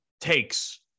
takes